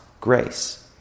grace